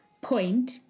point